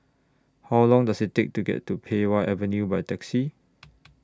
How Long Does IT Take to get to Pei Wah Avenue By Taxi